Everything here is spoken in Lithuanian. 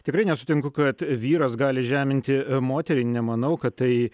tikrai nesutinku kad vyras gali žeminti moterį nemanau kad tai